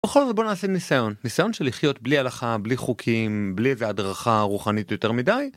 בכל זאת, בוא נעשה ניסיון. ניסיון של לחיות בלי הלכה, בלי חוקים, בלי איזה הדרכה רוחנית יותר מדי.